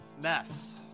mess